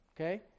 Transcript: okay